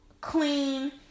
clean